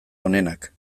onenak